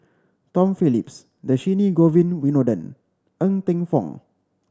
Tom Phillips Dhershini Govin Winodan Ng Teng Fong